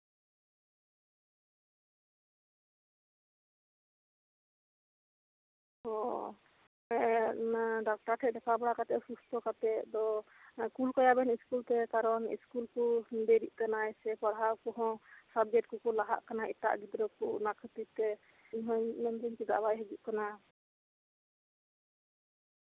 ᱚ ᱮᱸ ᱰᱟᱠᱛᱟᱨ ᱴᱷᱮᱡ ᱫᱮᱠᱷᱟᱣ ᱵᱟᱲᱟ ᱠᱟᱛᱮ ᱥᱩᱥᱛᱷᱚ ᱠᱟᱛᱮ ᱫᱚ ᱠᱩᱞ ᱠᱟᱭᱟᱵᱮᱱ ᱤᱥᱠᱩᱞ ᱠᱟᱨᱚᱱ ᱤᱥᱠᱩᱞ ᱠᱚᱭ ᱫᱮᱨᱤᱜ ᱠᱟᱱᱟᱭ ᱥᱮ ᱯᱟᱲᱦᱟᱣ ᱠᱚᱦᱚᱸ ᱥᱟᱵᱡᱮᱠᱴ ᱠᱚᱠᱚ ᱞᱟᱦᱟᱜ ᱠᱟᱱᱟ ᱮᱴᱟᱜ ᱜᱤᱫᱽᱨᱟᱹ ᱠᱚ ᱚᱱᱟ ᱠᱷᱟᱹᱛᱤᱨ ᱛᱮ ᱤᱧᱦᱚᱸᱧ ᱢᱮᱱᱫᱟᱹᱧ ᱪᱮᱫᱟᱜ ᱵᱟᱭ ᱦᱤᱡᱩᱜ ᱠᱟᱱᱟ